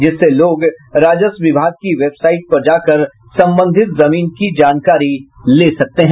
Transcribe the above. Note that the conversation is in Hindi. जिससे लोग राजस्व विभाग की वेबसाईट पर जा कर संबंधित जमीन की जानकारी ले सकते हैं